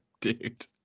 dude